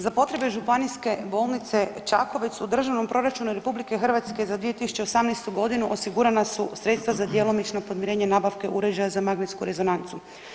Za potrebe Županijske bolnice Čakovec u Državnom proračunu RH za 2018.g. osigurana su sredstva za djelomično podmirenje nabavke uređaja za magnetsku rezonancu.